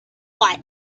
what